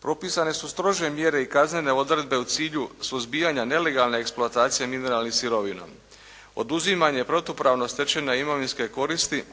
Propisane su strože mjere i kaznene odredbe u cilju suzbijanja nelegalne eksploatacije mineralnih sirovinom, oduzimanje protupravno stečene imovinske koristi